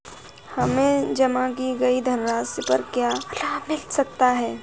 हमें जमा की गई धनराशि पर क्या क्या लाभ मिल सकता है?